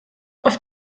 auf